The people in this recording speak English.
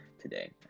today